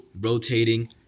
rotating